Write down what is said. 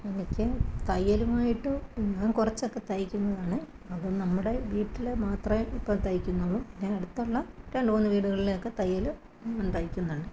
എനിക്ക് തയ്യലുമായിട്ട് ഞാന് കുറച്ചൊക്കെ തയ്ക്കുന്നതാണ് അത് നമ്മുടെ വീട്ടില് മാത്രമേ ഇപ്പോള് തയ്ക്ക്ന്നുള്ളു പിന്നെ അടുത്തുള്ള രണ്ട് മൂന്നു വീടുകളിലെയൊക്കെ തയ്യല് തയ്ക്കുന്നുണ്ട്